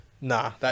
nah